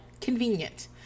convenient